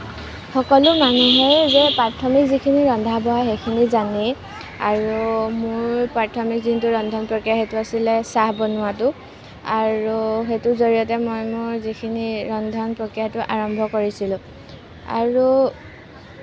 সকলো মানুহেই যে প্ৰাথমিক যিখিনি ৰন্ধা বঢ়া সেইখিনি জানেই আৰু মোৰ প্ৰাথমিক যোনটো ৰন্ধন প্ৰক্ৰিয়া সেইটো আছিলে চাহ বনোৱাটো আৰু সেইটোৰ জড়িয়তে মই মোৰ যিখিনি ৰন্ধন প্ৰক্ৰিয়া সেইটো আৰম্ভ কৰিছিলোঁ আৰু